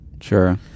sure